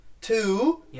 Two